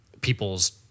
people's